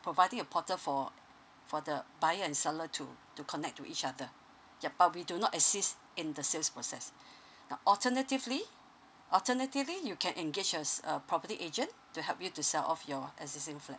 providing a portal for for the buyer and seller to to connect to each other yup but we do not exist in the sales process now alternatively alternatively you can engage uh property agent to help you to sell off your existing flat